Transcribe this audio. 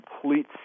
complete